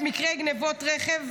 של העיתונאי יוסי מזרחי,